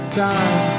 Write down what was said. time